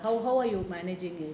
how how are you managing it